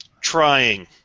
trying